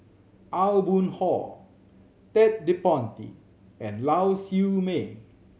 Aw Boon Haw Ted De Ponti and Lau Siew Mei